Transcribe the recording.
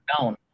down